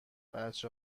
بچه